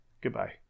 Goodbye